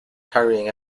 carrying